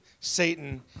Satan